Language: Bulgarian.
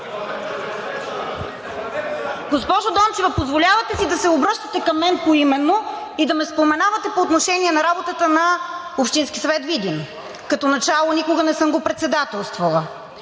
Госпожо Дончева, позволявате си да се обръщате към мен поименно и да ме споменавате по отношение на работата на Общински съвет – Видин. Като начало, никога не съм го председателствала